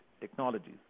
technologies